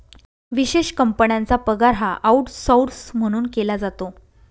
विशेष कंपन्यांचा पगार हा आऊटसौर्स म्हणून केला जातो